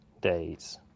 days